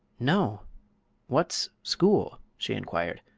no what's school? she inquired.